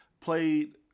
played